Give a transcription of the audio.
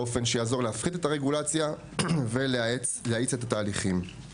באופן שיעזור להפחית את הרגולציה ולהאיץ את התהליכים.